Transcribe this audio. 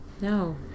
No